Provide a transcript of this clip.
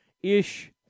Ish